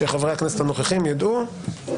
שחברי הכנסת הנוכחים יידעו.